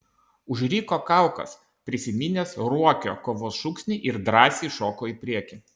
užriko kaukas prisiminęs ruokio kovos šūksnį ir drąsiai šoko į priekį